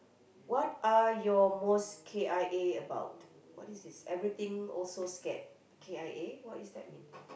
what are your most K_I_A about what is this everything also scared K_I_A what is that mean